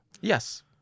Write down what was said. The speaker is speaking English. Yes